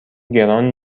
گران